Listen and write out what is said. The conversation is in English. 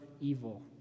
evil